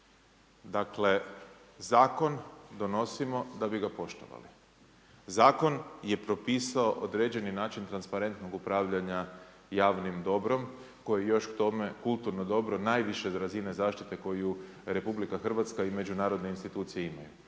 stvari. Zakon donosimo da bi ga poštovali, zakon je propisao određeni način transparentnog upravljanja javnim dobrom, koji je još k tome kulturno dobro, najviše razine zaštite koju RH i međunarodne institucije imaju.